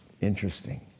Interesting